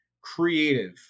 creative